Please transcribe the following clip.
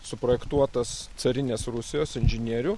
suprojektuotas carinės rusijos inžinierių